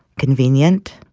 convenient.